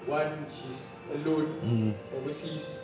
one she's alone overseas